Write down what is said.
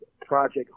Project